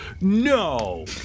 no